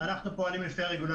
אנחנו עובדים לפי הרגולציה.